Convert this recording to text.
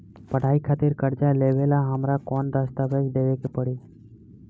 पढ़ाई खातिर कर्जा लेवेला हमरा कौन दस्तावेज़ देवे के पड़ी?